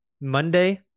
Monday